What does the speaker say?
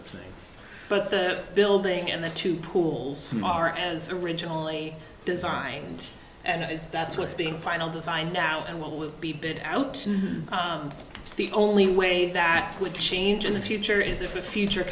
of thing but the building and the two pools are as originally designed and that's what's being final design now and will be bid out the only way that would change in the future is if the future